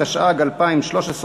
התשע"ג 2013,